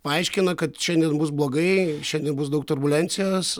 paaiškina kad šiandien bus blogai šiandien bus daug turbulencijos